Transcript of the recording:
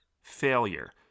failure